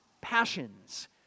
passions